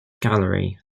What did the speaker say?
gallery